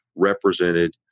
represented